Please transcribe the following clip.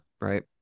right